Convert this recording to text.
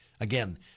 Again